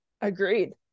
agreed